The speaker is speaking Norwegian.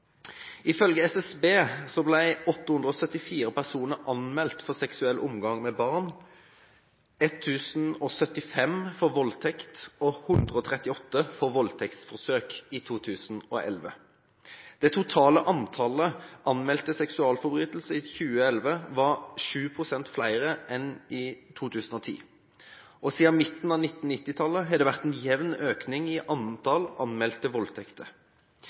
Ifølge SSB ble 874 personer anmeldt for seksuell omgang med barn, 1 075 for voldtekt og 138 for voldtektsforsøk i 2011. Det totale antallet anmeldte seksualforbrytelser i 2011 var 7 pst. høyere enn i 2010. Siden midten av 1990-tallet har det vært en jevn økning i antall anmeldte voldtekter.